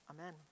Amen